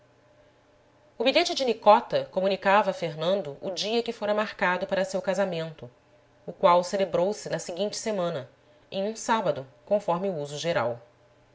o bilhete de nicota comunicava a fernando o dia que fora marcado para seu casamento o qual celebrou se na seguinte semana em um sábado conforme o uso geral